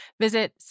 Visit